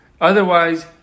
Otherwise